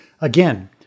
Again